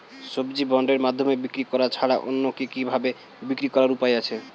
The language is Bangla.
সবজি বন্ডের মাধ্যমে বিক্রি করা ছাড়া অন্য কি কি ভাবে বিক্রি করার উপায় আছে?